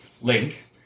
Link